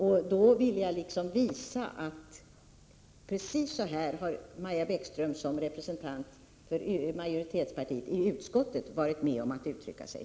Jag ville därför visa hur Maja Bäckström som representant för majoritetspartiet i utskottet har uttryckt sig.